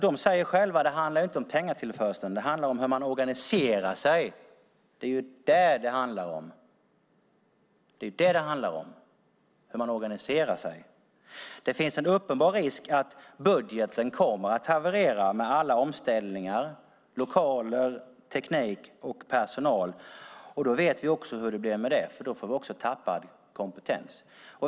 De säger själva att det inte handlar om pengatillförseln, utan det handlar om hur man organiserar sig. Det är detta det handlar om. Det finns en uppenbar risk att budgeten kommer att haverera med alla omställningar, lokaler, teknik och personal. Då vet vi också hur det blir med det, för då tappar vi också kompetens.